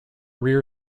rear